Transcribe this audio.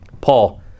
Paul